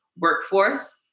workforce